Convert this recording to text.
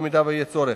במידה שיהיה צורך.